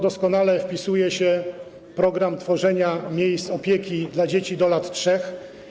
Doskonale wpisuje się w to program tworzenia miejsc opieki dla dzieci do lat 3.